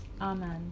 Amen